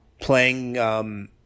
playing –